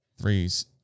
threes